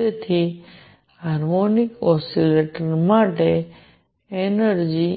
તેથી harmonic oscillator માટે energy